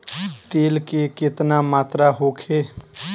तेल के केतना मात्रा होखे?